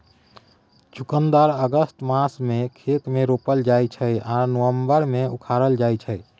चुकंदर अगस्त मासमे खेत मे रोपल जाइ छै आ नबंबर मे उखारल जाइ छै